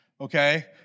okay